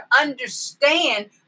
understand